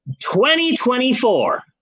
2024